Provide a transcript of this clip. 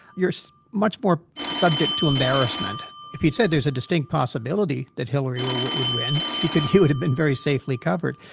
you're so much more subject to embarrassment. if he said there's a distinct possibility that hillary ah would would win, he could he would have been very safely covered.